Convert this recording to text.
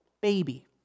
baby